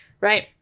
Right